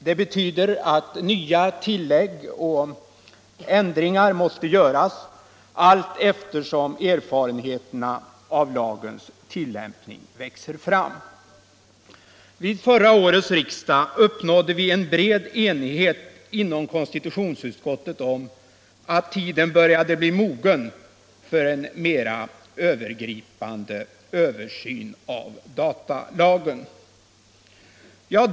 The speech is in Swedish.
Det betyder att tillägg och ändringar måste göras allteftersom erfarenheterna av lagens tilllämpning växer fram. Vid förra årets riksdag uppnådde vi en bred enighet inom konstitutionsutskottet om att tiden började bli mogen för en mer övergripande översyn av datalagen.